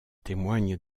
témoignent